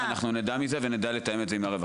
אנחנו נדע מזה ונדע לתאם את זה עם הרווחה.